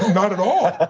not at all.